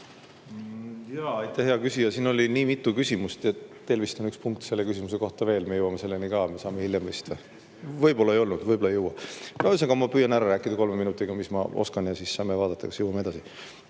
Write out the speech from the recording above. Aitäh, hea küsija! Siin oli nii mitu küsimust, teil vist on üks punkt selle küsimuse kohta veel, me jõuame selleni ka, saame hiljem vist või ...Võib-olla ei olnud, võib-olla ei jõua. Ühesõnaga, ma püüan ära rääkida kolme minutiga, mis ma oskan, ja siis saame vaadata, kas jõuame